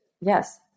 yes